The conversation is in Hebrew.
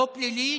לא פלילית,